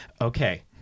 okay